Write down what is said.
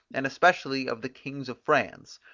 and especially of the kings of france,